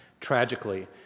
Tragically